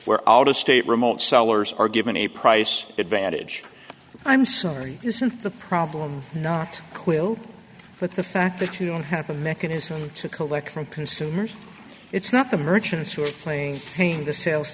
where out of state remote sellers are given a price advantage i'm sorry isn't the problem not quill but the fact that you don't have a mechanism to collect from consumers it's not the merchants who are playing paying the sales